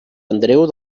andreu